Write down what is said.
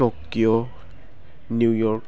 Tokyo New York